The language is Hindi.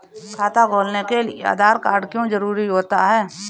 खाता खोलने के लिए आधार कार्ड क्यो जरूरी होता है?